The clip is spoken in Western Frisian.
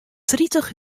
tritich